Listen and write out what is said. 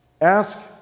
Ask